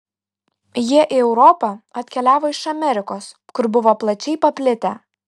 jie į europą atkeliavo iš amerikos kur buvo plačiai paplitę